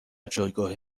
جایگاه